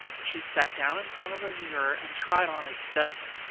she sat down in front of a mirror and tried on a dozen,